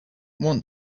want